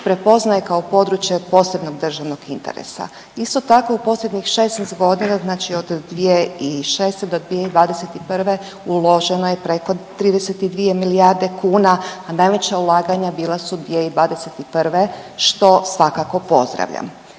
prepoznaje kao područje od posebnog državnog interesa. Isto tako u posljednjih 16 godina, znači od 2006. do 2021. uloženo je preko 32 milijarde kuna, a najveća ulaganja bila su 2021. što svakako pozdravljam.